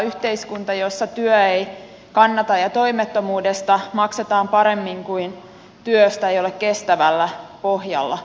yhteiskunta jossa työ ei kannata ja toimettomuudesta maksetaan paremmin kuin työstä ei ole kestävällä pohjalla